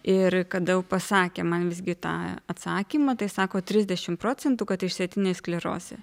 ir kada jau pasakė man visgi tą atsakymą tai sako trisdešimt procentų kad išsėtinė sklerozė